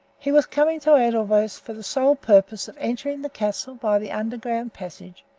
he was coming to edelweiss for the sole purpose of entering the castle by the underground passage,